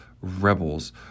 rebels